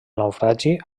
naufragi